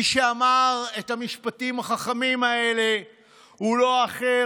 מי שאמר את המשפטים החכמים האלה הוא לא אחר